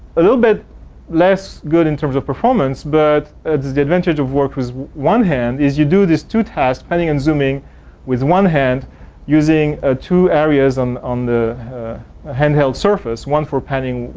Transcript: a little bit less good in terms of performance but the advantage of work was, one hand is you do this two tasks, panning and zooming with one hand using ah two areas on on the hand held surface, one for panning,